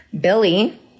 Billy